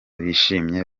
bishimye